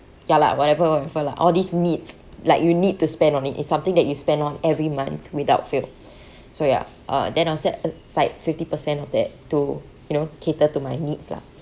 ya lah whatever whatever lah all these needs like you need to spend on it it's something that you spend on every month without fail so ya uh then you set sa~ fifty per cent of it to you know cater to my needs lah